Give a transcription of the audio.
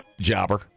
jobber